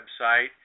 website